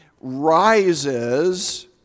rises